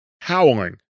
howling